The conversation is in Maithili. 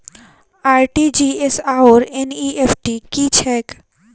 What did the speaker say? आर.टी.जी.एस आओर एन.ई.एफ.टी की छैक?